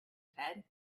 said